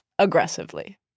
Aggressively